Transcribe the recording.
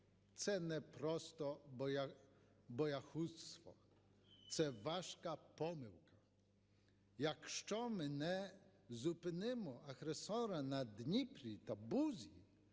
це не просто боягузтво, це важка помилка. Якщо ми не зупинимо агресора на Дніпрі та Бузі,